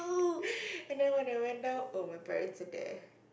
and then when I went down oh my parents are there